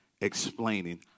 explaining